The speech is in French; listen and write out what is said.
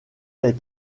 les